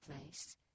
place